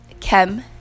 chem